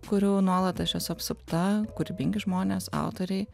kurių nuolat aš esu apsupta kūrybingi žmonės autoriai